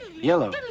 yellow